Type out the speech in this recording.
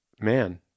man